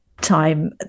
time